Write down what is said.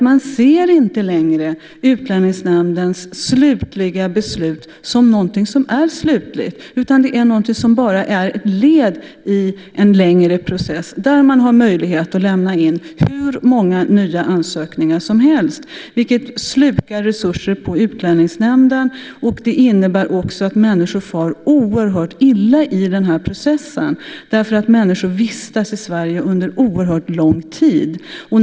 Man ser inte längre Utlänningsnämndens slutliga beslut som någonting som är slutligt utan bara som ett led i en längre process där man har möjlighet att lämna in hur många nya ansökningar som helst. Detta slukar resurser på Utlänningsnämnden, och det innebär också att människor far oerhört illa i den här processen. Människor vistas i Sverige under oerhört lång tid.